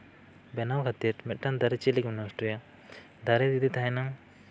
ᱵᱮᱱᱟᱣ ᱠᱟᱛᱮ ᱢᱤᱫᱴᱟᱱ ᱫᱟᱨᱮ ᱪᱮᱫ ᱞᱮᱠᱟᱢ ᱱᱚᱥᱴᱚᱭᱟ ᱫᱟᱨᱮ ᱡᱩᱫᱤ ᱛᱟᱦᱮᱱᱟ